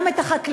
גם את החקלאים,